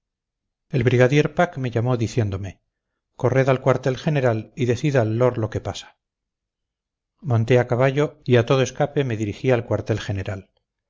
el brigadier pack me llamó diciéndome corred al cuartel general y decid al lord lo que pasa monté a caballo y a todo escape me dirigí al cuartel general